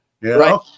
Right